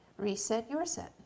ResetYourset